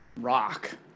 rock